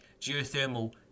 geothermal